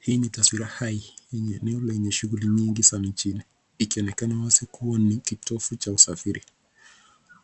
Hii ni taswira hai ya eneo lenye shughuli nyingi sana mjini, ikionekana wazi kuwa ni kitovu cha usafiri